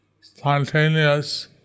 spontaneous